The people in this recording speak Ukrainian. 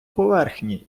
поверхні